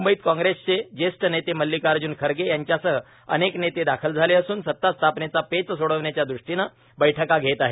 मुंबईत काँग्रेसचे ज्येष्ठ नेते मल्लिकार्जुन खरगे यांच्यासह अनेक नेते दाखल झाले असून सत्ता स्थापनेचा पेच सोडवण्याच्या दृष्टीनं बैठका घेत आहेत